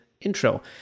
intro